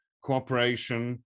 cooperation